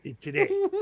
today